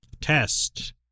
Test